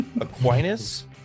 Aquinas